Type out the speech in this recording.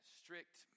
strict